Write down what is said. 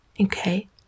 okay